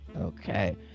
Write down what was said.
Okay